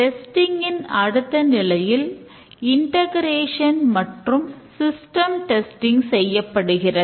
testing செய்யப்படுகிறது